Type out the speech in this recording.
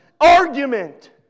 argument